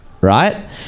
Right